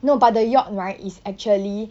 no but the yacht right is actually